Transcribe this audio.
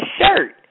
shirt